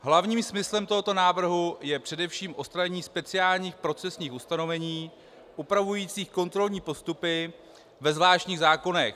Hlavním smyslem tohoto návrhu je především odstranění speciálních procesních ustanovení upravujících kontrolní postupy ve zvláštních zákonech.